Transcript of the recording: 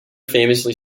famously